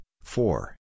four